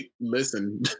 Listen